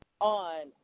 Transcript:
on